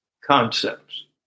concepts